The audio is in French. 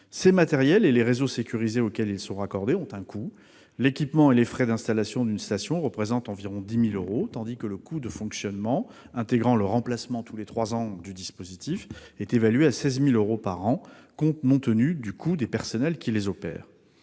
Ces matériels et les réseaux sécurisés auxquels ils sont raccordés ont un coût. L'équipement et les frais d'installation d'une station représentent environ 10 000 euros, tandis que le coût de fonctionnement, intégrant le remplacement tous les trois ans du dispositif, est évalué à 16 000 euros par an, compte non tenu du coût des personnels qui les opèrent.